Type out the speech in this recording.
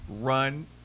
run